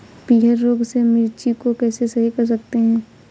पीहर रोग से मिर्ची को कैसे सही कर सकते हैं?